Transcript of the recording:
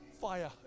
fire